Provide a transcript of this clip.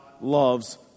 loves